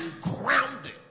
grounded